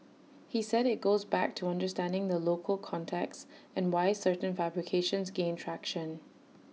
he said IT goes back to understanding the local context and why certain fabrications gain traction